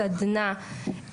סדנה,